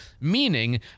Meaning